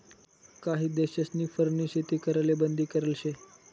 काही देशस्नी फरनी शेती कराले बंदी करेल शे